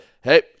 hey